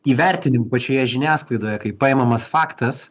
įvertinimų pačioje žiniasklaidoje kai paimamas faktas